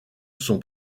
son